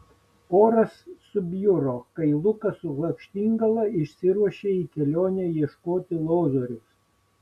oras subjuro kai lukas su lakštingala išsiruošė į kelionę ieškoti lozoriaus